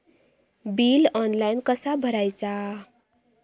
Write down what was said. Bill online कसा भरायचा?